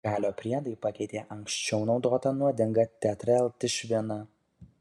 kalio priedai pakeitė anksčiau naudotą nuodingą tetraetilšviną